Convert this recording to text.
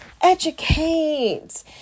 Educate